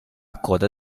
coda